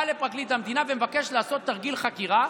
בא לפרקליט המדינה ומבקש לעשות תרגיל חקירה,